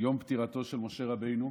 יום פטירתו של משה רבנו,